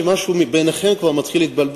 כנראה מישהו ביניכם כבר מתחיל לבלבל,